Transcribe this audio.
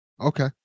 okay